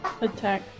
attack